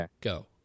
Go